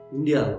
India